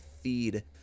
feed